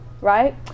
right